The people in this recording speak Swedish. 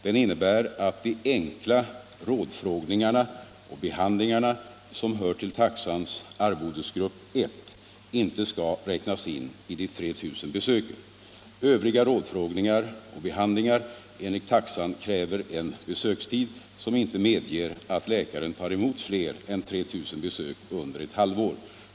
Den innebär att de enkla rådfrågningarna och behandlingarna som hör till taxans arvodesgrupp 1 inte skall räknas in i de 3 000 besöken. Övriga rådfrågningar och behandlingar enligt taxan kräver en besökstid som inte medger att läkaren tar emot fler än 3 000 besök under ett halvt år.